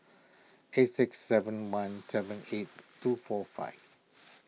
eight six seven one seven eight two four five